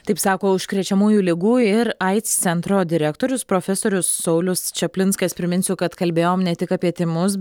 taip sako užkrečiamųjų ligų ir aids centro direktorius profesorius saulius čaplinskas priminsiu kad kalbėjom ne tik apie tymus